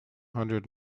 hundred